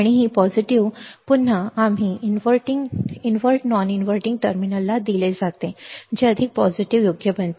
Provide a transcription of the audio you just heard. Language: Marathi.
आणि ही सकारात्मक पुन्हा आम्ही इनव्हर्ट नॉन इन्व्हर्टिंग टर्मिनलला दिले जे ते अधिक सकारात्मक योग्य बनवते